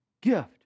Gift